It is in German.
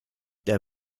der